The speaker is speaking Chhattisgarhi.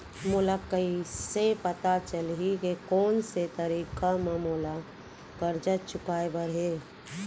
मोला कइसे पता चलही के कोन से तारीक म मोला करजा चुकोय बर हे?